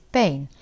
pain